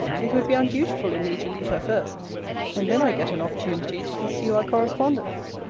it would be undutiful in me to leave her first and then i get an opportunity to pursue our correspondence.